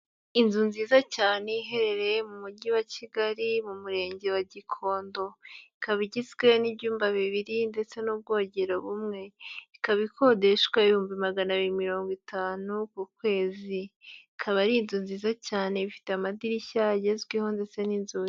Inzu nziza cyane iherereye mu Mujyi wa Kigali, mu Murenge wa Gikondo, ikaba igizwe n'ibyumba bibiri ndetse n'ubwogero bumwe, ikaba ikodeshwa ibihumbi magana abiri mirongo itanu ku kwezi, ikaba ari inzu nziza cyane ifite amadirishya agezweho ndetse n'inzugi.